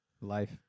Life